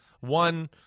one